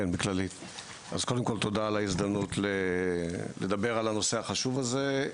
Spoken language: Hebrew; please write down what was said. קודם כל תודה על ההזדמנות לדבר על הנושא החשוב הזה.